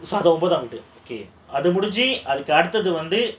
அது முடிஞ்சி அதுக்கு அடுத்தது வந்து:adhu mudinji adhukku aduthathu vandhu